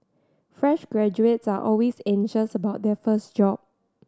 fresh graduates are always anxious about their first job